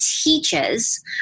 teaches